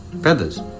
Feathers